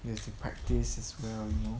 you have to practise as well you know